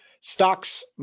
stocks